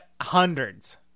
hundreds